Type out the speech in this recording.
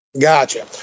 gotcha